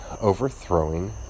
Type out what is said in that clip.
overthrowing